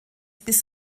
bis